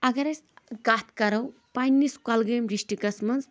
اگر أسۍ کتھ کرو پنٕنِس کۄلگٲمۍ ڈسٹرکس منٛز